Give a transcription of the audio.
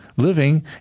living